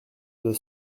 deux